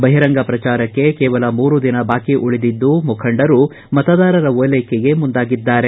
ಬಹಿರಂಗ ಪ್ರಚಾರಕ್ಷೆ ಕೇವಲ ಮೂರು ದಿನ ಬಾಕಿ ಉಳಿದಿದ್ದು ಮುಖಂಡರು ಮತದಾರರ ಓಲ್ಟಿಕೆಗೆ ಮುಂದಾಗಿದ್ದಾರೆ